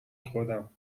خودم